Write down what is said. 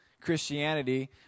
Christianity